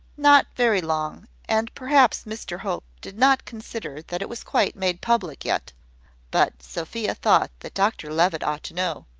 not very long and perhaps mr hope did not consider that it was quite made public yet but sophia thought that dr levitt ought to know.